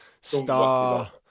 star